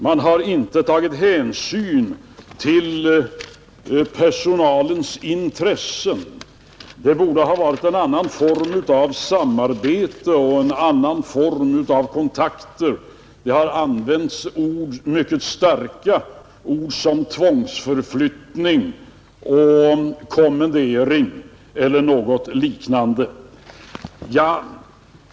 Man har inte tagit hänsyn till personalens intressen, Det borde ha varit en annan form av samarbete och en annan form av kontakter. Det har använts mycket starka ord som tvångsförflyttning och kommendering eller något liknande.